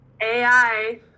AI